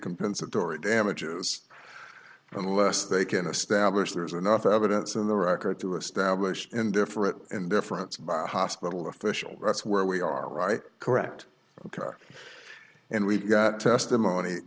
compensatory damages unless they can establish there's enough evidence in the record to establish and different and different hospital official that's where we are right correct and we've got testimony